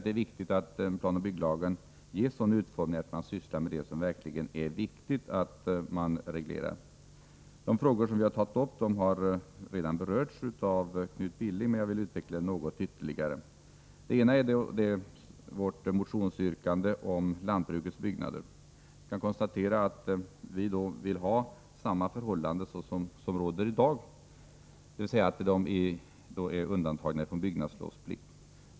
Det är angeläget att planoch bygglagen ges sådan utformning att man sysslar med det som verkligen är viktigt att reglera. De frågor som vi har tagit upp har redan berörts av Knut Billing, men jag vill utveckla dem något ytterligare. Ett av våra motionsyrkanden gäller lantbrukets byggnader. Vi vill ha samma förhållande som råder i dag, dvs. att dessa skall vara undantagna från byggnadslovsplikt.